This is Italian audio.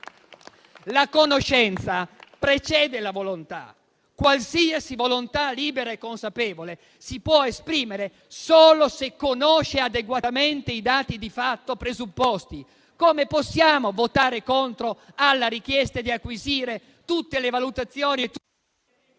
La conoscenza precede la volontà. Qualsiasi volontà libera e consapevole si può esprimere solo se conosce adeguatamente i dati di fatto presupposti. Come possiamo votare contro alla richiesta di acquisire tutte le valutazioni... *(Il microfono